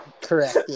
Correct